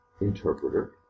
interpreter